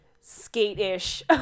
skate-ish